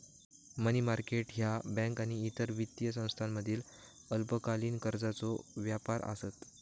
मनी market ह्या बँका आणि इतर वित्तीय संस्थांमधील अल्पकालीन कर्जाचो व्यापार आसत